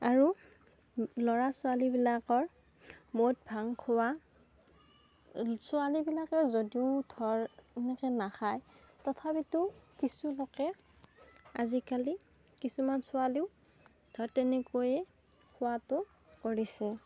আৰু ল'ৰা ছোৱালীবিলাকৰ মদ ভাং খোৱা ছোৱালীবিলাকে যদিও ধৰক এনেকৈ নাখায় অথাপিতো কিছু লোকে আজিকালি কিছুমান ছোৱালীও ধৰক তেনেকৈয়ে খোৱাটো কৰিছে